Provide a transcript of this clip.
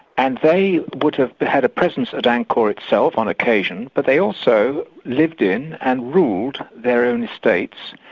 and they would have had a presence at angkor itself on occasion, but they also lived in and ruled their own estates,